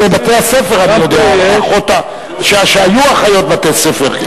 בבתי-הספר אני יודע, כשהיו אחיות בתי-ספר.